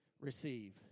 Receive